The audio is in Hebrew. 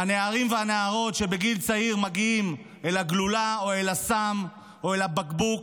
הנערים והנערות שבגיל צעיר מגיעים אל הגלולה או אל הסם או אל הבקבוק.